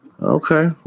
Okay